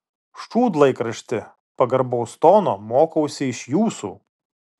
šūdlaikrašti pagarbaus tono mokausi iš jūsų